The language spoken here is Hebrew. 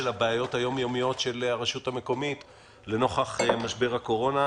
הבעיות היום-יומיות של הרשות המקומית לנוכח משבר הקורונה.